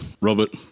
Robert